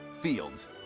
Fields